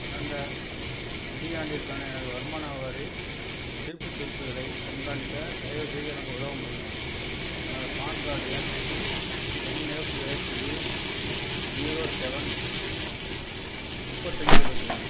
கடந்த நிதியாண்டிற்கான எனது வருமான வரி திருப்பிச் செலுத்துதலைக் கண்காணிக்க தயவுசெய்து எனக்கு உதவ முடியுமா எனது பான் கார்டு எண் என்எஃப்எக்ஸ்வி ஜீரோ செவென் முப்பத்தஞ்சு இருபத்து ரெண்டு